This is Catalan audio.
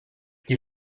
qui